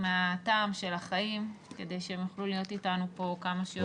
מהטעם של החיים כדי שהם יוכלו להיות איתנו פה כמה שיותר.